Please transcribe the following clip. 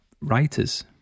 writers